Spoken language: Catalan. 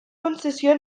concessió